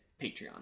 Patreon